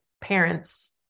parents